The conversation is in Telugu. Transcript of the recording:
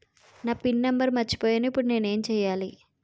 నా పిన్ నంబర్ మర్చిపోయాను ఇప్పుడు నేను ఎంచేయాలి?